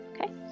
Okay